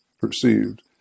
perceived